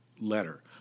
letter